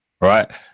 Right